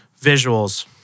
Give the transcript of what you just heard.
visuals